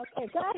Okay